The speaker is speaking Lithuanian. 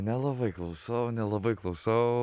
nelabai klausau nelabai klausau